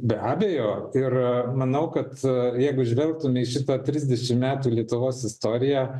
be abejo ir manau kad jeigu žvelgtume į šitą trisdešimt metų lietuvos istoriją